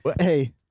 Hey